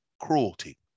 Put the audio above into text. cruelty